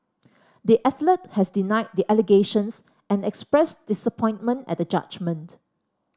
the athlete has denied the allegations and expressed disappointment at the judgment